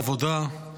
עבודה,